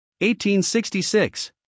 1866